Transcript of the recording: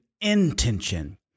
intention